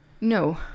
no